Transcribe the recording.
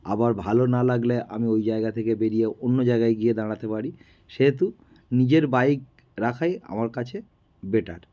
আবার ভালো না লাগলে আমি ঐ জায়গা থেকে বেরিয়ে অন্য জায়গায় গিয়ে দাঁড়াতে পারি সেহেতু নিজের বাইক রাখাই আমার কাছে বেটার